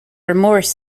remorse